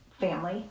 family